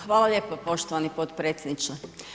Hvala lijepo poštovani potpredsjedniče.